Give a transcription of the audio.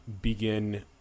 begin